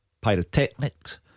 pyrotechnics